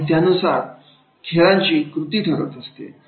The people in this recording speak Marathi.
आणि त्यानुसार खेळांची कृती ठरत असते